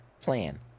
plan